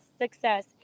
success